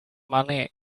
money